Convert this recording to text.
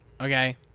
Okay